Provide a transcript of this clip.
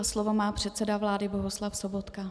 Slovo má předseda vlády Bohuslav Sobotka.